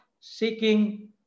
seeking